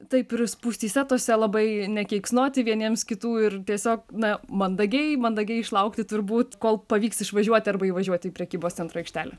taip ir spūstyse tose labai nekeiksnoti vieniems kitų ir tiesiog na mandagiai mandagiai išlaukti turbūt kol pavyks išvažiuoti arba įvažiuoti į prekybos centro aikštelę